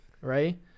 Right